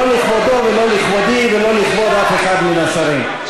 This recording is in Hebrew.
לא לכבודו ולא לכבודי ולא לכבוד אף אחד מן השרים.